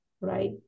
right